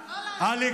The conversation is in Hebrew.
לא לענות.